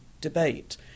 debate